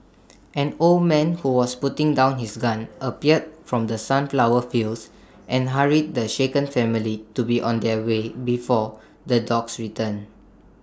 an old man who was putting down his gun appeared from the sunflower fields and hurried the shaken family to be on their way before the dogs return